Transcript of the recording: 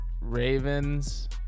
Ravens